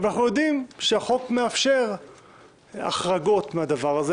אבל אנחנו יודעים שהחוק מאפשר החרגות מהדבר הזה,